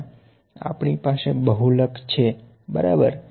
અહીંયા આપણી પાસે બહુલક છે બરાબર